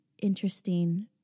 interesting